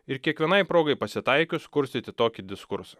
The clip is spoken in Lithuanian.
ir kiekvienai progai pasitaikius kurstyti tokį diskursą